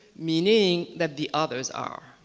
meaning that the others are,